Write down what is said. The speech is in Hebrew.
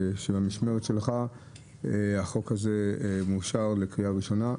שבמשמרת שלך הצעת החוק הזאת מאושרת לקריאה הראשונה.